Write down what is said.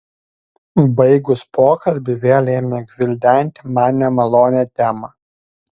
baigus pokalbį vėl ėmė gvildenti man nemalonią temą